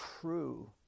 true